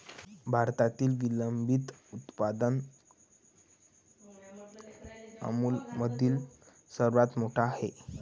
भारतातील विलंबित उत्पादन अमूलमधील सर्वात मोठे आहे